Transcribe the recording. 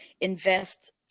invest